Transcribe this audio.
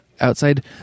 outside